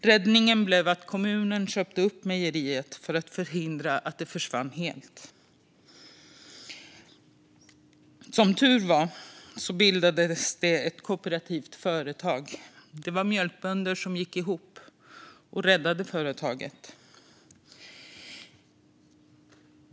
Räddningen blev att kommunen köpte upp mejeriet för att förhindra att det försvann helt. Som tur var bildades ett kooperativt företag. Det var mjölkbönder som gick ihop och räddade företaget.